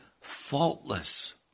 faultless